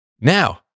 Now